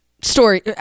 story